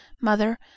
mother